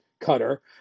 Cutter